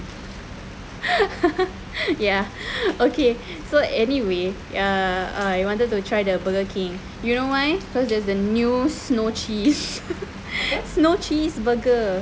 ya okay so anyway ya I wanted to try the burger king you know why cause there's a new snow cheese snow cheese burger